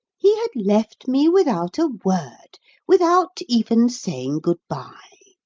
he had left me without a word without even saying good-bye!